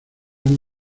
han